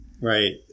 Right